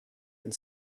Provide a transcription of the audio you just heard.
and